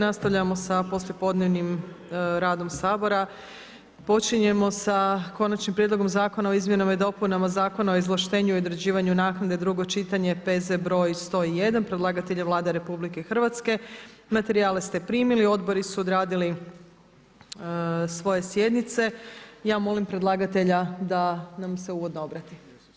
Nastavljamo sa poslijepodnevnim radom Sabora, počinjemo sa - Konačan prijedlog zakona o izmjenama i dopunama Zakona o izvlaštenju i određivanju naknade, drugo čitanje P. Z. br. 101 Predlagatelj je Vlada Republike Hrvatske, materijale ste primili, odbori su odradili svoje sjednice, ja molim predlagatelja da nam se uvodno obrati.